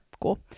Cool